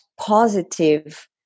positive